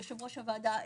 יו"ר הוועדה,